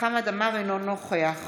חמד עמאר, אינו נוכח